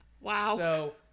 Wow